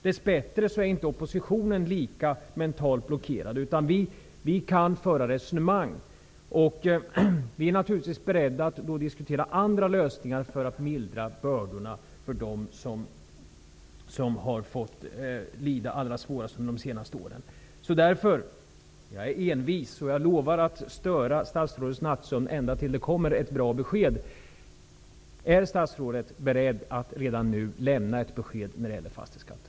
Dess bättre är oppositionen inte lika mentalt blockerad, utan vi kan inom den föra resonemang. Vi är beredda att diskutera andra lösningar för att mildra bördorna för dem som har fått lida allra svårast under de senaste åren. Jag är envis och lovar att störa statsrådets nattsömn ända tills det kommer ett bra besked. Är statsrådet beredd att redan nu lämna ett besked när det gäller fastighetsskatten?